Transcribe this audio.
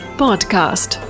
podcast